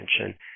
attention